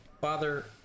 Father